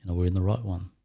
ah we're in the right one.